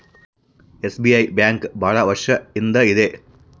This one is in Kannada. ಎಸ್.ಬಿ.ಐ ಬ್ಯಾಂಕ್ ಭಾಳ ವರ್ಷ ಇಂದ ಇದೆ